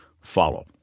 follow